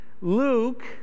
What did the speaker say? Luke